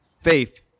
faith